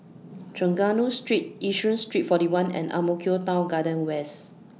Trengganu Street Yishun Street forty one and Ang Mo Kio Town Garden West